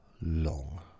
long